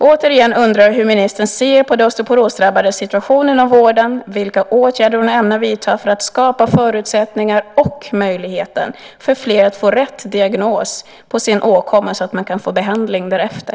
Återigen undrar jag hur ministern ser på de osteoporosdrabbades situation inom vården och vilka åtgärder hon ämnar vidta för att skapa förutsättningar och möjligheter för fler att få rätt diagnos på sin åkomma, så att de kan få behandling därefter.